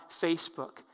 Facebook